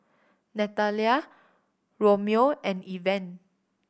Nathalia Romeo and Evan